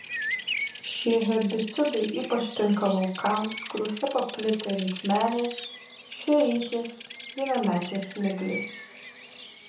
šie herbicidai ypač tinka laukams kuriuose paplitę rietmenės šerytės vienametės miglės